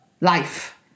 Life